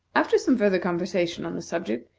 after some further conversation on the subject,